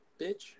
bitch